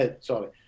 Sorry